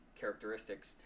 characteristics